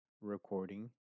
recording